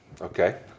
Okay